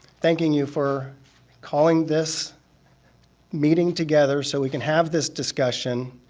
thanking you for calling this meeting together so we can have this discussion.